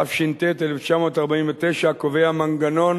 התש"ט 1949, קובע מנגנון